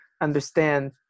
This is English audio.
understand